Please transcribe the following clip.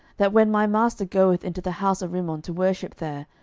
that when my master goeth into the house of rimmon to worship there,